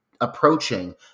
approaching